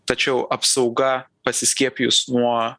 tačiau apsauga pasiskiepijus nuo